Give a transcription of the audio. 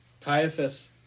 Caiaphas